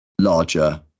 larger